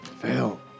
Fail